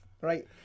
right